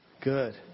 Good